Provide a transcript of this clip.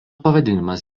pavadinimas